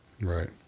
Right